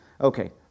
Okay